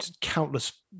countless